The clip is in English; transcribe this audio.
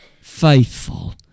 faithful